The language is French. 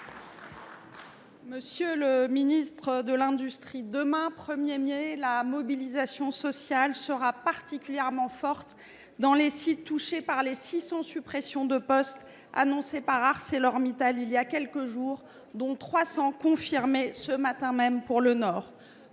Monsieur le ministre de l'Industrie, demain, 1er mai, la mobilisation sociale sera particulièrement forte dans les sites touchés par les 600 suppressions de postes annoncées par Ars et l'Hormital il y a quelques jours, dont 300 confirmées ce matin même pour le Nord.